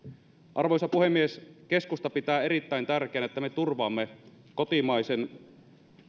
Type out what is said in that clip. arvoisa puhemies keskusta pitää erittäin tärkeänä että me turvaamme kotimaisen